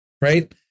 Right